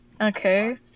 Okay